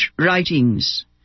writings